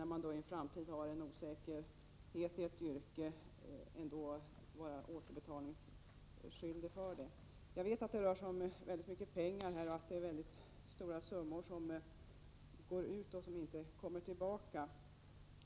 När man sedan i en framtid har osäkerhet i ett yrke är man ändå återbetalningsskyldig då det gäller studiemedlen. Jag vet att det rör sig om väldigt mycket pengar, att stora summor går ut som inte kommer tillbaka.